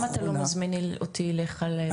אז למה אתה לא מזמין אותי אליך לבקר?